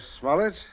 Smollett